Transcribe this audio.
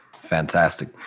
Fantastic